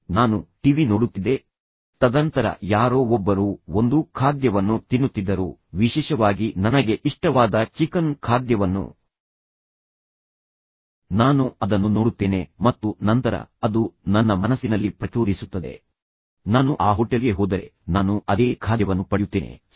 ನಾನು ಟಿವಿ ನೋಡುತ್ತಿದ್ದೆ ತದನಂತರ ಯಾರೋ ಒಬ್ಬರು ಒಂದು ಖಾದ್ಯವನ್ನು ತಿನ್ನುತ್ತಿದ್ದರು ವಿಶೇಷವಾಗಿ ನನಗೆ ಇಷ್ಟವಾದ ಚಿಕನ್ ಖಾದ್ಯವನ್ನು ನಾನು ಅದನ್ನು ನೋಡುತ್ತೇನೆ ಮತ್ತು ನಂತರ ಅದು ನನ್ನ ಮನಸ್ಸಿನಲ್ಲಿ ಪ್ರಚೋದಿಸುತ್ತದೆ ನಾನು ಆ ಹೋಟೆಲ್ಗೆ ಹೋದರೆ ನಾನು ಅದೇ ಖಾದ್ಯವನ್ನು ಪಡೆಯುತ್ತೇನೆ ಸರಿ